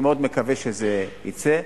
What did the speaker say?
אני מאוד מקווה שזה יצא.